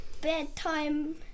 Bedtime